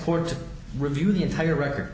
court review the entire record